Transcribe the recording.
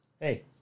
Hey